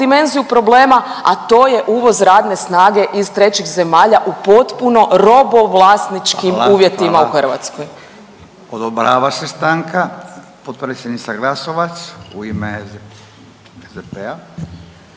dimenziju problema, a to je uvoz radne snage iz trećih zemalja u potpuno robovlasničkim uvjetima u Hrvatskoj. **Radin, Furio (Nezavisni)** Hvala, hvala.